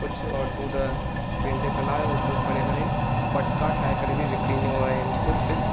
कुझु औरतियूं त पंहिंजे कला जो उपयोगु करे करे मटका ठाहे करे बि विकिणींदियूं आहिनि कुझु इस